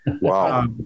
Wow